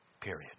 Period